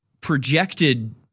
projected